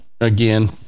again